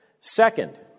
Second